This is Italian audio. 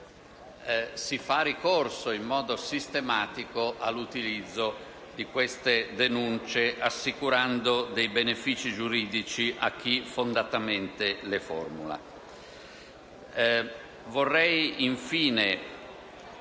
si fa ricorso in modo sistematico all'utilizzo di queste denunce, assicurando benefici giuridici a chi fondatamente le formula.